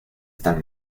están